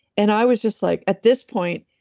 and i was just like. at this point,